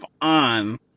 on